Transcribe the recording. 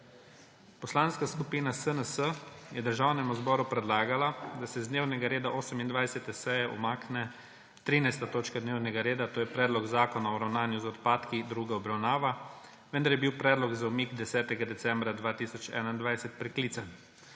Poslanska skupina SNS je Državnemu zboru predlagala, da se z dnevnega reda 28. seje umakne 13. točka dnevnega reda, to je Predlog zakona o ravnanju z odpadki, druga obravnava, vendar je bil predlog za umik 10. decembra 2021 preklican.